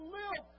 live